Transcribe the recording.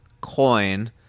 coin